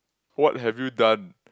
what have you done